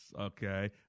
okay